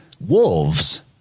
wolves